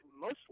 mostly